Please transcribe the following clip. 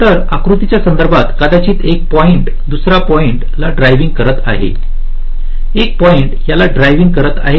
तर या आकृतीच्या संदर्भात कदाचित एक पॉईंट दुसरा पॉइंट ला ड्रायव्हिंग करत आहे एक पॉईंट याला ड्रायव्हिंग करत आहे